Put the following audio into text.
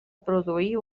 produir